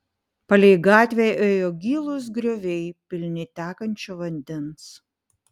palei gatvę ėjo gilūs grioviai pilni tekančio vandens